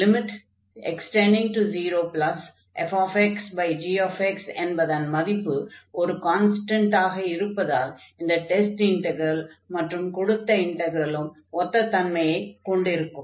x→0fxgx என்பதன் மதிப்பு ஒரு கான்ஸ்டன்டாக இருப்பதால் இந்த டெஸ்ட் இன்டக்ரல் மற்றும் கொடுத்த இன்டக்ரலும் ஒத்த தன்மையை கொண்டிருக்கும்